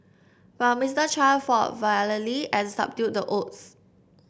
but Mister Chan fought valiantly and subdued the odds